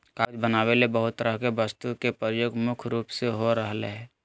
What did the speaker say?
कागज बनावे ले बहुत तरह के वस्तु के प्रयोग मुख्य रूप से हो रहल हल